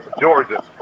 Georgia